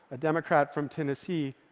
a democrat from tennessee,